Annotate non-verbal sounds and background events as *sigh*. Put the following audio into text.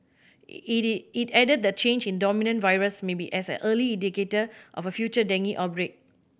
*unintelligible* it added that the change in the dominant virus may be an early indicator of a future dengue outbreak